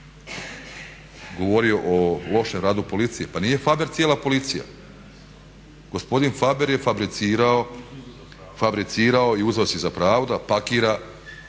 govorio o lošem radu policije, pa nije Faber cijela policija. Gospodin Faber je fabricirao i uzeo si za pravo da pakira